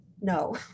no